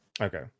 Okay